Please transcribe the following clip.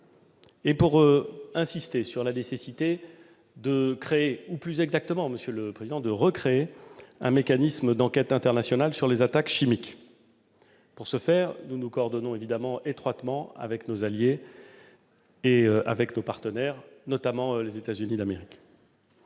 et pour insister sur la nécessité de créer ou, plus exactement, monsieur le président, de recréer un mécanisme d'enquête international sur les attaques chimiques. Pour ce faire, nous nous coordonnons évidemment étroitement avec nos alliés et nos partenaires, notamment les États-Unis d'Amérique.